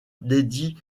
dédie